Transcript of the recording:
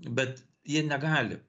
bet jie negali